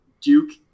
Duke